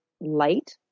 light